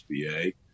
SBA